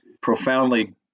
profoundly